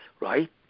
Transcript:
right